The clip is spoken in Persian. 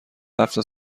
هفت